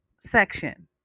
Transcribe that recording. section